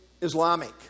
Islamic